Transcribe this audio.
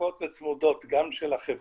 הדוקות וצמודות גם של החברה,